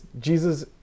Jesus